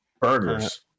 Burgers